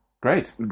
great